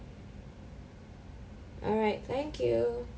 alright thank you